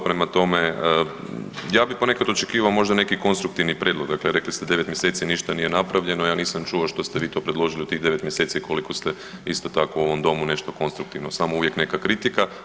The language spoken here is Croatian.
Prema tome, ja bih ponekad očekivao možda neki konstruktivni prijedlog, dakle rekli ste 9 mjeseci ništa nije napravljeno, ja nisam čuo što ste vi to predložili u tih 9 mjeseci koliko ste isto tako u ovom nešto konstruktivno, samo uvijek neka kritika.